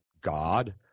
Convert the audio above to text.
God